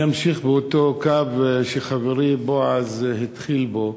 אני אמשיך באותו קו שחברי בועז התחיל בו,